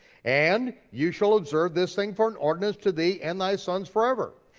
and you shall observe this thing for an ordinance to thee and thy sons forever.